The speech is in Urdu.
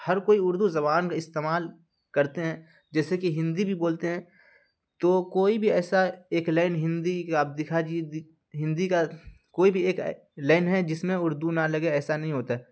ہر کوئی اردو زبان میں استعمال کرتے ہیں جیسے کہ ہندی بھی بولتے ہیں تو کوئی بھی ایسا ایک لائن ہندی کا آپ دکھا ہندی کا کوئی بھی ایک لائن ہے جس میں اردو نہ لگے ایسا نہیں ہوتا ہے